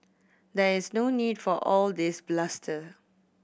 there is no need for all this bluster